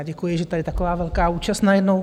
Děkuji, že tady je taková velká účast najednou.